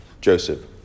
Joseph